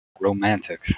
Romantic